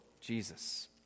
Jesus